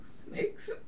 Snakes